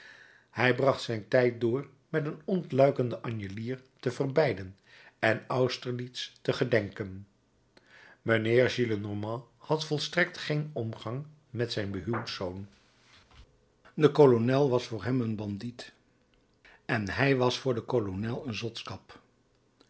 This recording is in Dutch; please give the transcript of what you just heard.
hij bracht zijn tijd door met een ontluikende anjelier te verbeiden en austerlitz te gedenken mijnheer gillenormand had volstrekt geen omgang met zijn behuwdzoon de kolonel was voor hem een bandiet en hij was voor den kolonel een